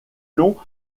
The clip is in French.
long